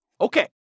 Okay